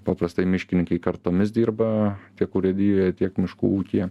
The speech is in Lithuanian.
paprastai miškininkai kartomis dirba tiek urėdijoje tiek miškų ūkyje